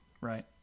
Right